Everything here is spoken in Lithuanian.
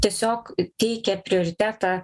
tiesiog teikia prioritetą